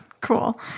Cool